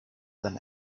than